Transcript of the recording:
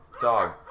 dog